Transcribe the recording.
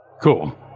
cool